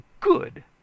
good